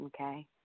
okay